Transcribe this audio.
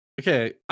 Okay